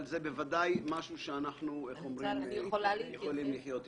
אבל זה בוודאי משהו שאנחנו יכולים לחיות איתו.